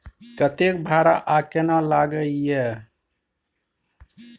कतेक भाड़ा आ केना लागय ये?